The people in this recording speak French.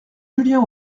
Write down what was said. julien